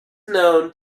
known